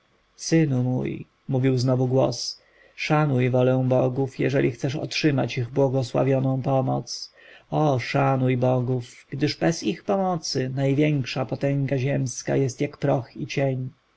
synu mój mówił znowu głos szanuj wolę bogów jeżeli chcesz otrzymać ich błogosławioną pomoc o szanuj bogów gdyż bez ich pomocy największa potęga ziemska jest jako proch i cień